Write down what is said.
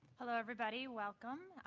hello, everybody. welcome.